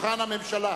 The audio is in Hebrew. הממשלה.